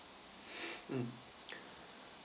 mm